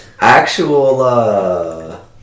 actual